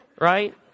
right